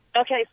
Okay